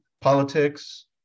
politics